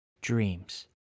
dreams